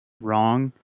wrong